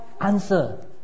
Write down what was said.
answer